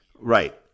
Right